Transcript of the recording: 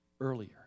earlier